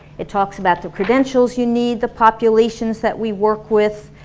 it talks about the credentials you need, the populations that we work with.